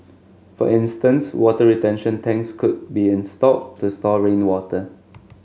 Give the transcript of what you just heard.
for instance water retention tanks could be installed to store rainwater